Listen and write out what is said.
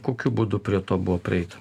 kokiu būdu prie to buvo prieita